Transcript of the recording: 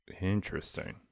Interesting